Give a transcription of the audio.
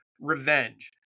revenge